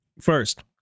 First